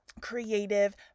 creative